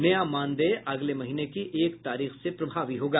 नया मानदेय अगले महीने की एक तारीख से प्रभावी होगा